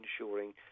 ensuring